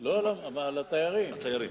על התיירים.